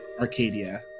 Arcadia